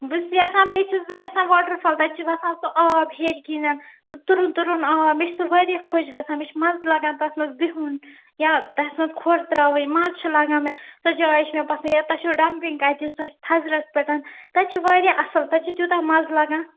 بہٕ چھَس یَژھان بیٚیہِ چھَس بہٕ یَژھان واٹر فال تَتہِ چھُ وَسان سُہ آب ہیٚرۍ کَنٮ۪تھ سُہ تُرن تُرن آب مےٚ چھُ سُہ وارِیاہ خۄش گَژھان مےٚ چھُ مَزٕ لَگان تَتھ منٛز بِہُن یا تَتھ منٛز کھۄر ترٛاوٕنۍ مَزٕ چھُ لَگان مےٚ سۄ جاے چھِ مےٚ پسنٛد یا تۅہہِ چھَو ڈمپِنٛگ تَتہِ سۅ چھِ تھزرس پٮ۪ٹھ تَتہِ چھِ وارِیاہ اَصٕل تَتہِ چھُ تیٛوٗتاہ مَزٕ لَگان